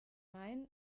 main